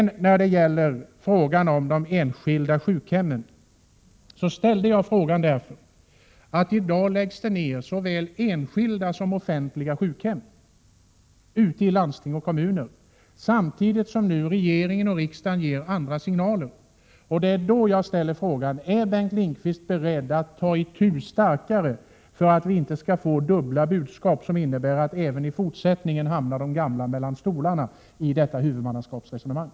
När det sedan gäller frågan om de enskilda sjukhemmen pekade jag på att såväl enskilda som offentliga sjukhem i dag läggs ned ute i landsting och 37 kommuner, samtidigt som regeringen och riksdagen ger andra signaler. I det sammanhanget ställer jag frågan: Är Bengt Lindqvist beredd att agera kraftfullare för att det inte skall bli dubbla budskap, som leder till att de gamla även i fortsättningen hamnar mellan två stolar i detta huvudmannaskapsresonemang?